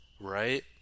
right